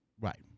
Right